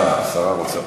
אה, השרה רוצה.